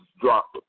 drop